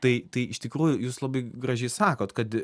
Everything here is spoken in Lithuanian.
tai tai iš tikrųjų jūs labai gražiai sakot kad